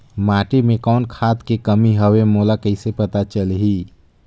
माटी मे कौन खाद के कमी हवे मोला कइसे पता चलही?